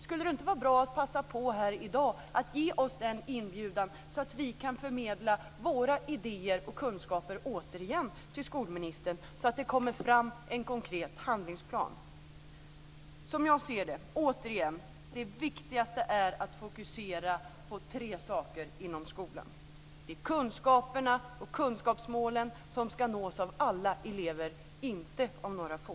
Skulle det inte vara bra att passa på här i dag att ge oss en inbjudan så att vi kan förmedla våra idéer och kunskaper återigen till skolministern, så att det kommer fram en konkret handlingsplan? Som jag ser det, återigen, är det tre saker som det är viktigast att fokusera på inom skolan. Det är för det första kunskaperna, att kunskapsmålen ska nås av alla elever, inte av några få.